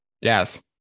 Yes